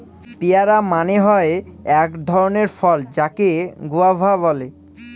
পেয়ারা মানে হয় এক ধরণের ফল যাকে গুয়াভা বলে